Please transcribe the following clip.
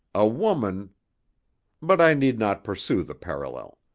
a woman but i need not pursue the parallel.